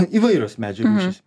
įvairios medžių rūšys